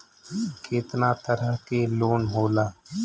केतना तरह के लोन होला?